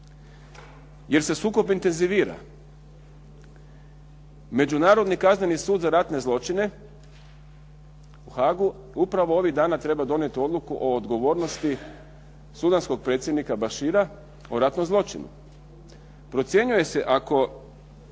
jer se sukob intenvizira. Međunarodni kazneni Sud za ratne zločine u Hagu upravo ovih dana treba donijeti odluku o odgovornosti Sudanskog predsjednika …/Govornik se ne razumije./… o ratnom zločinu. Procjenjuje se ako,